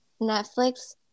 Netflix